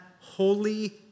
holy